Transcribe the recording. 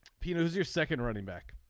peter who is your second running back